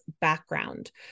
background